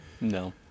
No